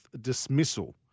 dismissal